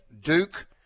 Duke